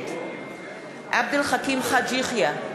נגד עבד אל חכים חאג' יחיא,